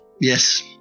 Yes